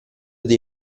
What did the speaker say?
dei